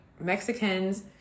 Mexicans